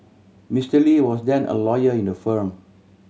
Mister Lee was then a lawyer in the firm